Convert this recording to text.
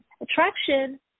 Attraction